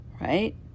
right